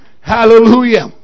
Hallelujah